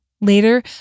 Later